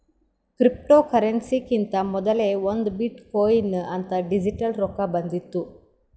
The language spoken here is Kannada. ಕ್ರಿಪ್ಟೋಕರೆನ್ಸಿಕಿಂತಾ ಮೊದಲೇ ಒಂದ್ ಬಿಟ್ ಕೊಯಿನ್ ಅಂತ್ ಡಿಜಿಟಲ್ ರೊಕ್ಕಾ ಬಂದಿತ್ತು